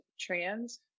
trans